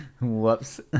Whoops